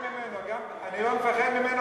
אני לא מפחד ממנו.